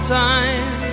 time